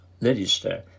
Register